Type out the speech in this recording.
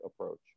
approach